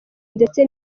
ndetse